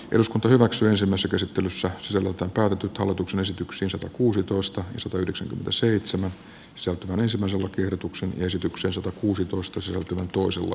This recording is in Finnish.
eduskunta hyväksyy semmoset esittelyssä sieluton käytetyt hallituksen esityksen satakuusitoista satayhdeksän ja seitsemän soutuveneisiin osuvat irrotuksen esityksen satakuusitoistassa tuusula